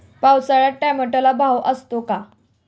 पावसाळ्यात टोमॅटोला भाव असतो का?